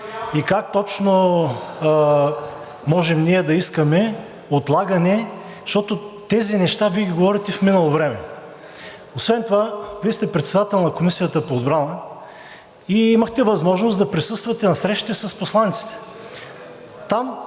и как точно можем ние да искаме отлагане, защото тези неща Вие ги говорите в минало време. Освен това Вие сте председател на Комисията по отбрана и имахте възможност да присъствате на срещите с посланиците.